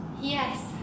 Yes